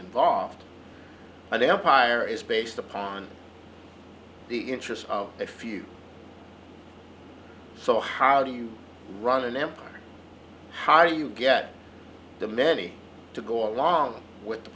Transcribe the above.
involved an empire is based upon the interests of a few so how do you run an empire how do you get the many to go along with the